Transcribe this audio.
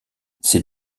ses